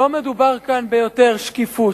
לא מדובר כאן ביותר שקיפות.